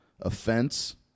offense